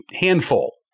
handful